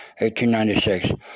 1896